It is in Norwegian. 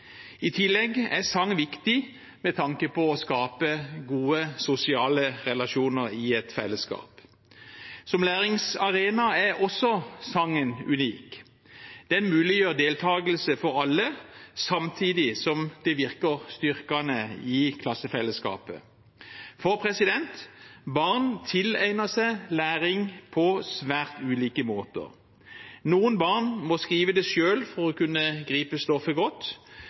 I tillegg er sang viktig med tanke på å skape gode sosiale relasjoner i et fellesskap. Som læringsarena er også sangen unik. Den muliggjør deltakelse for alle, samtidig som det virker styrkende i klassefellesskapet. Barn tilegner seg læring på svært ulike måter. Noen barn må skrive det selv for å kunne gripe stoffet godt.